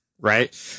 Right